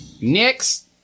Next